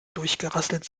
durchgerasselt